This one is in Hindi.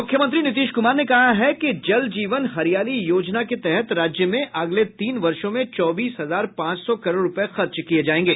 मूख्यमंत्री नीतीश क्रमार ने कहा है कि जल जीवन हरियाली योजना के तहत राज्य में अगले तीन वर्षो में चौबीस हजार पांच सौ करोड रुपए खर्च किए जाएंगे